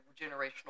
generational